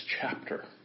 chapter